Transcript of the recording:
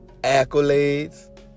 accolades